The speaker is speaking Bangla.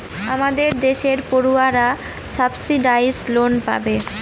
আমাদের দেশের পড়ুয়ারা সাবসিডাইস লোন পাবে